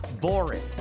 boring